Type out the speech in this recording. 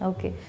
Okay